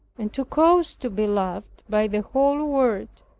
and to cause to be loved by the whole world,